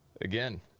Again